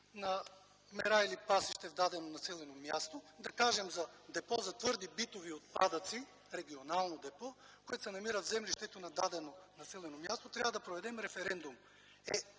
на мера или пасище в дадено населено място, да кажем за депо за твърди битови отпадъци, регионално депо, което се намира в землището в дадено населено място, трябва да проведем референдум.